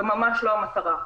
זו ממש לא המטרה.